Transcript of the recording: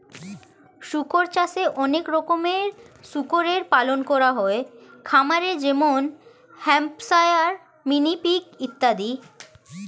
শুকর চাষে অনেক রকমের শুকরের পালন করা হয় খামারে যেমন হ্যাম্পশায়ার, মিনি পিগ ইত্যাদি